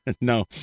No